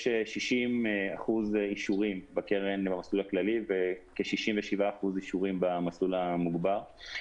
יש 60% אישורים בקרן במסלול הכללי וכ-67% אישורים במסלול המוגבר.